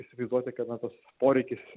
įsivaizduoti kad na tas poreikis